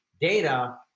data